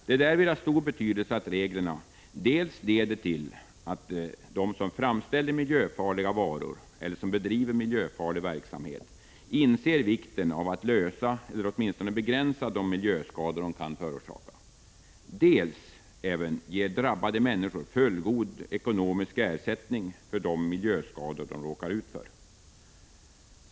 Det är därvid av stor betydelse att reglerna dels leder till att de som framställer miljöfarliga varor eller bedriver miljöfarlig verksamhet inser vikten av att förebygga eller åtminstone begränsa de miljöskador de kan förorsaka, dels ger drabbade människor fullgod ekonomisk ersättning för de miljöskador de råkar ut för.